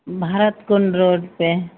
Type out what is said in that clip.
भारत कोन रोड पर